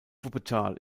wuppertal